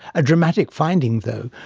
a dramatic finding, though,